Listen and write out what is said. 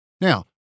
Now